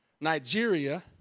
Nigeria